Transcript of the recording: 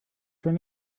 turn